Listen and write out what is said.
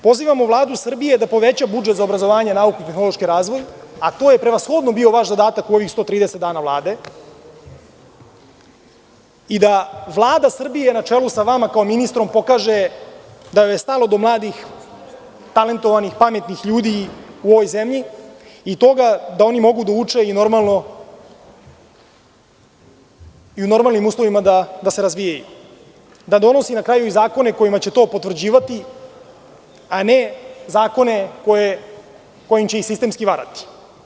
Pozivamo Vladu Srbije da poveća budžet za obrazovanje, nauku i tehnološki razvoj, a to prevashodno bio vaš zadatak u ovih 130 dana Vlade i da Vlada Srbije, na čelu sa vama kao sa ministrom, pokaže da vam je stalo do mladih, talentovanih, pametnih ljudi u ovoj zemlji i toga da oni mogu da uče i u normalnim uslovima da se razvijaju, da donose na kraju i zakone kojima će to potvrđivati, a ne zakone kojim će sistemski varati.